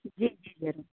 जी जी जरूर